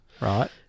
right